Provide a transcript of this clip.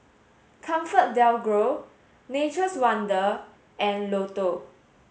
ComfortDelGro Nature's Wonders and Lotto